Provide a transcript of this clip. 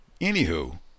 Anywho